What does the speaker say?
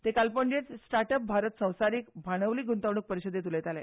ते काल पणजेंत स्टार्ट अप भारत संवसारीक भांडवली गुंतवणूक परिशदेंत उलयताले